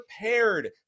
prepared